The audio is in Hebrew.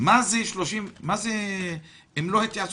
אם זה לא התייעצות,